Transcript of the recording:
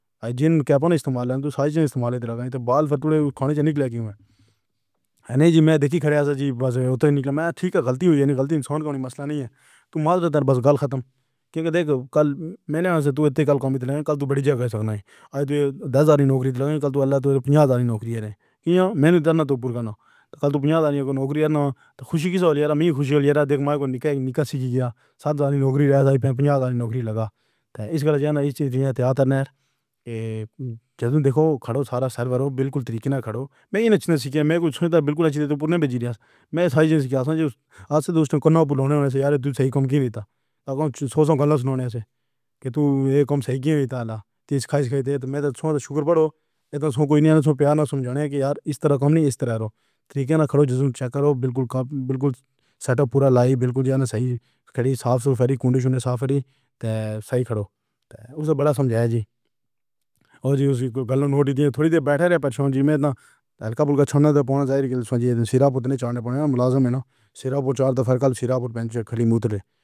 ہاں جن کیپن استعمال تو سائز نا استعمال لگا تو بال پھر تو ڈے کھانے نکلے گی۔ ہے نا جی میں دیکھی کرے۔ آج جی بس اتنی میں ٹھیک ہے۔ غلطی ہوئی، اَنی غلطی سون کون سی نہیں ہے۔ تو مار دے تو بس گل ختم، کیونکہ دیکھ۔ کل میں نے تو اِتّے کل کام کل تو بڑی جگہ ہے۔ دس ہزاری نوکری لگائی۔ کل تو اللہ تیرے پچاس ہزاری نوکری ہے نا۔ میں نے تیرے کو پکارا تو پنجابی والی نوکری ہے نا۔ خوشی کی بات ہے نا؟ میری خوشی کی زیادہ دیکھ، میں کوئی نکاح نکاح سے کیا، سات نوکری لے جائیے۔ میں پنجاب آنی نوکری لگا۔ تو اِس بار جانا چاہتے ہیں۔ یہ جب دیکھو کھڑو سارا سرواراؤ، بالکل طریقے نا کھڑو۔ میں اِن چھینن سے کیا، میں کچھ بالکل پورن ہوں۔ میں ساری دُنیا سے دو سٹاپ کرنا بولانا ہے یار۔ تو صحیح کام کیا تھا تو سوچو کم سنانا ہے کہ تو ایک کام صحیح کیا تھا۔ تیس کھائی کھائی دے تو میں تو شکر بڑو۔ اِتنا کوئی نہیں ہے۔ پیار نہ سمجھنا کہ یار اِس طرح ہم نہیں۔ اِس طرح ہرو طریقے نا کرو۔ چیک کرو۔ بالکل بالکل سیٹ اَپ پورا بالکل۔ یا نا صحیح کھڑی صفائی کنڈی صف کری۔ صحیح کرو۔ اُسے بڑا سمجھایا جی۔ اور اُسی کو گلے موٹی دیے، تھوڑی دیر بیٹھے رہے۔ پریشان ہونے تک ہلکا پھلکا چھنا تو پونہ جھیل کے سرا پر تنے چڑھنے۔ پڑنے والا میں نا سرا پر چادر کر، سرا پر کھڑی مُوتر۔